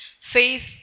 Faith